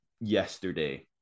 yesterday